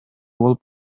болуп